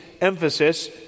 emphasis